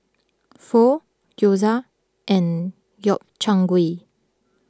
Pho Gyoza and Gobchang Gui